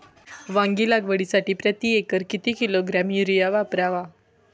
वांगी लागवडीसाठी प्रती एकर किती किलोग्रॅम युरिया वापरावा?